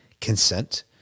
consent